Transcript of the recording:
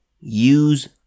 use